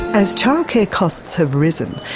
as childcare costs have risen,